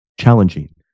challenging